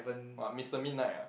what Mister Midnight ah